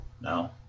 No